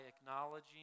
acknowledging